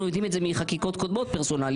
אנחנו יודעים את זה מחקיקות קודמות פרסונליות,